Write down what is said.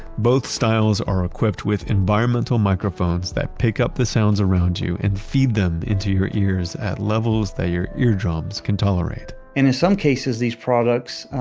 both styles are equipped with environmental microphones that pick up the sounds around you and feed them into your ears at levels that your eardrums can tolerate and in some cases, these products